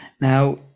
now